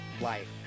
life